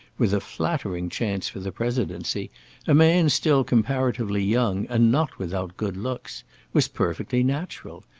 with a flattering chance for the presidency a man still comparatively young and not without good looks was perfectly natural,